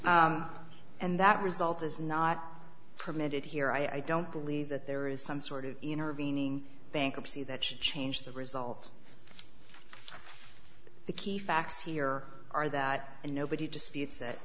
you and that result is not permitted here i don't believe that there is some sort of intervening bankruptcy that should change the result the key facts here are that nobody disputes that